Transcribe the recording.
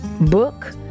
book